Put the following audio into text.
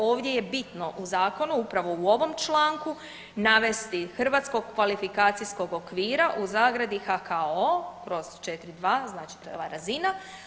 Ovdje je bitno u zakonu upravo u ovom članku navesti hrvatskog kvalifikacijskog okvira u zagradi HKO kroz 42, znači to je ova razina.